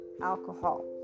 alcohol